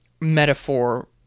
metaphor